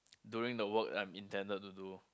during the work I am intended to do